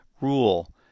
rule